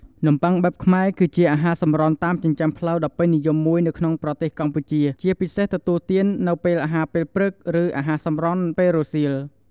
នំប័ុងបែបខ្មែរ គឺជាអាហារសម្រន់តាមចិញ្ចើមផ្លូវដ៏ពេញនិយមមួយនៅក្នុងប្រទេសកម្ពុជា ជាពិសេសទទួលទាននៅពេលអាហារពេលព្រឹក ឬអាហារសម្រន់ពេលរសៀល។